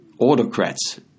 Autocrats